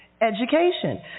education